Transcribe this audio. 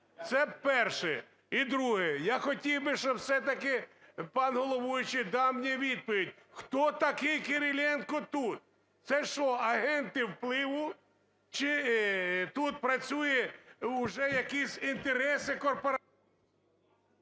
Це перше. І друге. Я хотів би, щоб все-таки пан головуючий дав мені відповідь, хто такий Кириленко тут? Це що, агенти впливу? Чи тут працює, вже якісь інтереси…